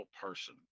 person